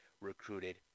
recruited